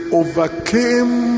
overcame